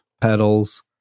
pedals